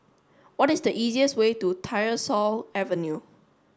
what is the easiest way to Tyersall Avenue